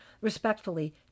Respectfully